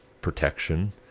protection